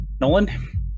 Nolan